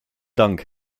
dank